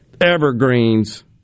Evergreens